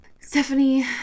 Stephanie